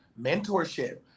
Mentorship